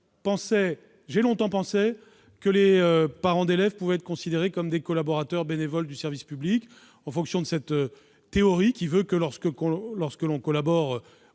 J'ai longtemps pensé que les parents d'élèves pouvaient être considérés comme des collaborateurs bénévoles du service public, selon cette théorie qui veut que toute personne